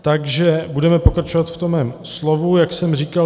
Takže budeme pokračovat v tom mém slovu, jak jsem říkal.